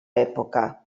època